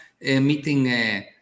meeting